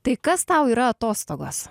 tai kas tau yra atostogos